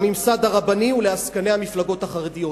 לממסד הרבני ולעסקני המפלגות החרדיות.